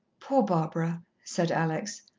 poor barbara, said alex.